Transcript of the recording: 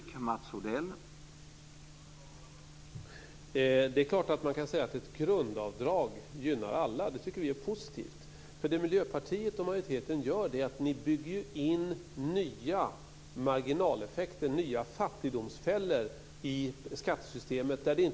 Herr talman! Det är klart att man kan säga att ett grundavdrag gynnar alla. Det tycker vi är positivt. Miljöpartiet och majoriteten bygger in nya marginaleffekter, nya fattigdomsfällor, i skattesystemet.